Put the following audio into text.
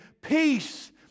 peace